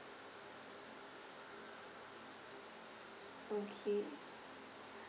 okay